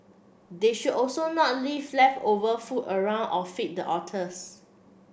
they should also not leave leftover food around or feed the otters